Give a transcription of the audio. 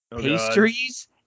pastries